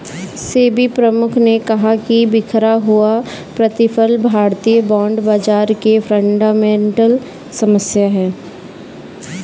सेबी प्रमुख ने कहा कि बिखरा हुआ प्रतिफल भारतीय बॉन्ड बाजार की फंडामेंटल समस्या है